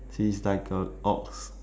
she is like a ox